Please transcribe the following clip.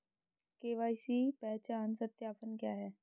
KYC पहचान सत्यापन क्या है?